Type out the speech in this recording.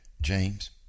James